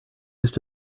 used